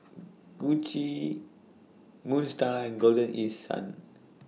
Gucci Moon STAR and Golden East Sun